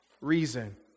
reason